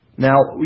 Now